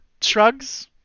shrugs